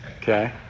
Okay